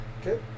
Okay